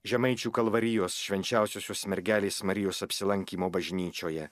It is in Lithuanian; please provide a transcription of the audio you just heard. žemaičių kalvarijos švenčiausiosios mergelės marijos apsilankymo bažnyčioje